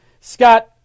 Scott